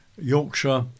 Yorkshire